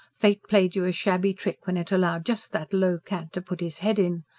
fate played you a shabby trick when it allowed just that low cad to put his head in.